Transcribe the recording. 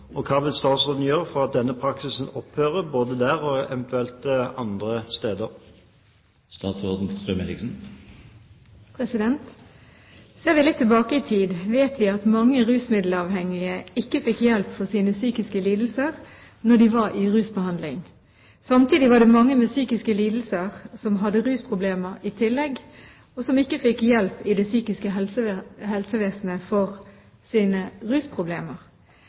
og hva vil statsråden gjøre for at denne praksisen opphører både der og eventuelt andre steder?» Ser vi litt tilbake i tid, vet vi at mange rusmiddelavhengige ikke fikk hjelp for sine psykiske lidelser når de var i rusbehandling. Samtidig var det mange med psykiske lidelser som hadde rusproblemer i tillegg, som ikke fikk hjelp i det psykiske helsevesenet for sine rusproblemer.